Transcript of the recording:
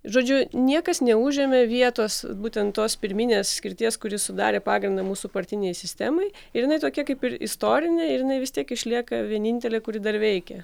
žodžiu niekas neužėmė vietos būtent tos pirminės skirties kuri sudarė pagrindą mūsų partinei sistemai ir jinai tokia kaip ir istorinė ir jinai vis tiek išlieka vienintelė kuri dar veikė